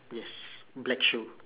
yes black shoe